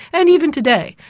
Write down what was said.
and even today,